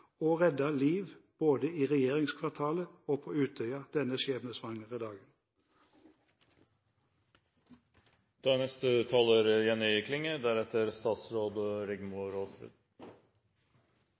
og redde liv både i regjeringskvartalet og på Utøya denne skjebnesvangre dagen. Det er